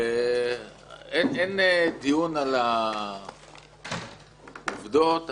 אין דיון על העובדות,